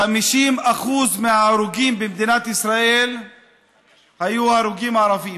50% מההרוגים במדינת ישראל היו הרוגים ערבים,